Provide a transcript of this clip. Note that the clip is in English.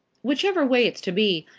whichever way it's to be,